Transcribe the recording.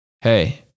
Hey